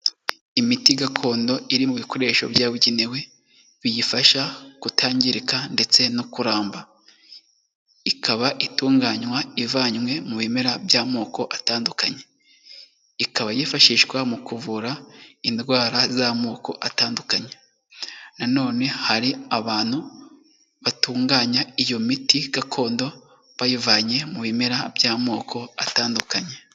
Imiti gakondo iri mu bikoresho byabugenewe biyifasha kutangirika ndetse no kuramba. Ikaba itunganywa ivanywe mu bimera by'amoko atandukanye, ikaba yifashishwa mu kuvura indwara z'amoko atandukanye. Nanone hari abantu batunganya iyo miti gakondo bayivanye mu bimera by'amoko atandukanye.